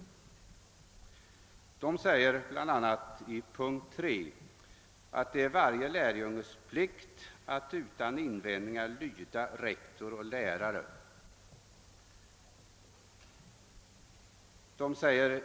I punkten 3 sägs att det är varje lärjunges plikt att »utan invändningar lyda rektor och lärare».